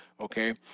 okay